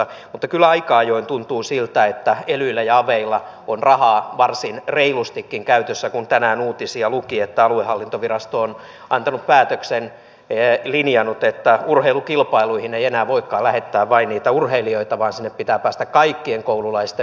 mutta kyllä aika ajoin tuntuu siltä elyillä ja aveilla on rahaa varsin reilustikin käytössä kun tänään uutisissa luki että aluehallintovirasto on antanut päätöksen linjannut että urheilukilpailuihin ei enää voikaan lähettää vain niitä urheilijoita vaan sinne pitää päästä kaikkien koululaisten mukaan